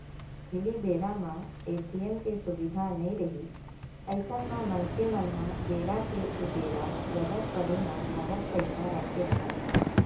पहिली बेरा म ए.टी.एम के सुबिधा नइ रिहिस अइसन म मनखे मन ह बेरा के उबेरा जरुरत पड़े म नगद पइसा रखे राहय